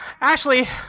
Ashley